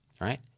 right